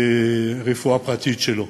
לרפואה פרטית שלו.